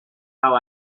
how